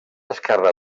esquerre